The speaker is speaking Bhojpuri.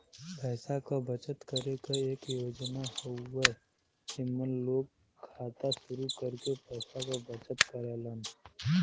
पैसा क बचत करे क एक योजना हउवे एमन लोग खाता शुरू करके पैसा क बचत करेलन